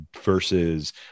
versus